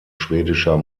schwedischer